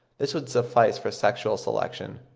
this would suffice for sexual selection.